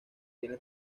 tiene